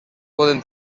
poden